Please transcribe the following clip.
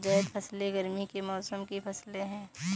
ज़ैद फ़सलें गर्मी के मौसम की फ़सलें हैं